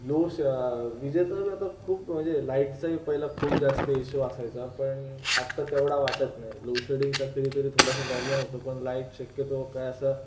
लोश विजेचाच आता खूप म्हणजे लाइटचा ही पहिला खूप जास्त इश्यू असायचा पण आत्ता तेवढा वाटत नाही लोडशेडिंगचा कधी तरी थोडासा प्रॉब्लेम होतो पण लाइट शक्यतो काही असं